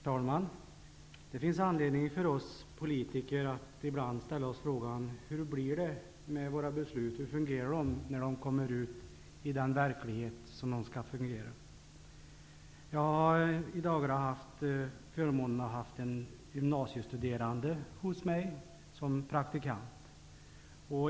Herr talman! Det finns anledning för oss politiker att ibland ställa oss frågan: Hur blir det med våra beslut -- hur fungerar de när de kommer ut i den verklighet som de skall fungera i? Jag har i dagarna haft förmånen att ha en gymnasiestuderande hos mig som praktikant.